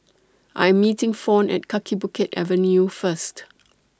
I Am meeting Fawn At Kaki Bukit Avenue First